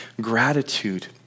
gratitude